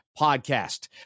Podcast